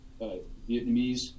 Vietnamese